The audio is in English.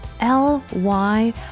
ly